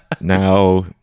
Now